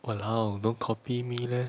!walao! don't copy me leh